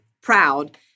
proud